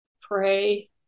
pray